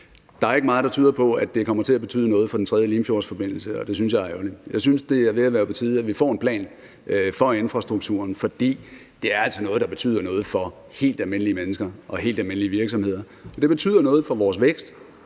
Der er ikke meget, der tyder på, at det kommer til at betyde noget for den tredje Limfjordsforbindelse, og det synes jeg er ærgerligt. Jeg synes, det er ved at være på tide, at vi får en plan for infrastrukturen. For det er altså noget, der betyder noget for helt almindelige mennesker og helt almindelige virksomheder, og det betyder noget for vores vækst